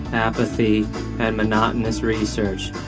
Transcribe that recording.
apathy and monotonous research.